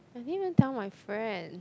I didn't even tell my friend